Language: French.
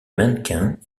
mannequin